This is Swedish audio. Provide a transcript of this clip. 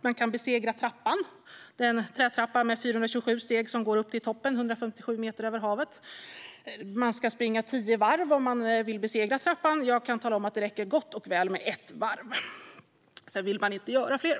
Man kan besegra trappan - den trätrappa med 427 steg som går upp till toppen, 157 meter över havet. Man ska springa tio varv om man vill besegra trappan. Jag kan tala om att det räcker gott och väl med ett varv; sedan vill man inte göra fler.